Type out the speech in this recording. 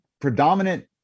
predominant